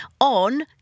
on